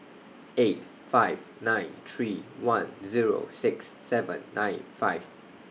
eight five nine three one Zero six seven nine five